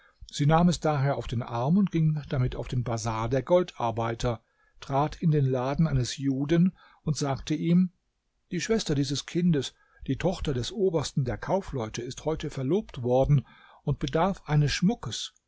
sie nahm es daher auf den arm und ging damit auf den bazar der goldarbeiter trat in den laden eines juden und sagte ihm die schwester dieses kindes die tochter des obersten der kaufleute ist heute verlobt worden und bedarf eines schmuckes